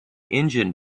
engine